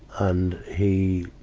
and, he